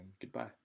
goodbye